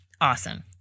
awesome